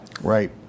Right